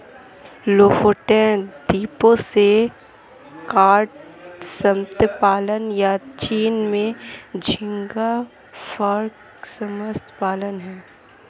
Lofoten द्वीपों से cod मत्स्य पालन, या चीन में झींगा फार्म मत्स्य पालन हैं